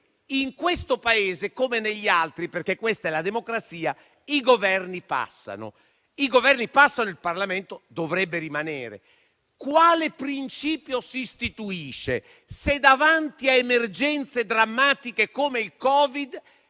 in questo Paese come negli altri - perché questa è la democrazia - i Governi passano (il Parlamento dovrebbe rimanere). Quale principio si istituisce se davanti a emergenze drammatiche come il Covid